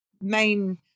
main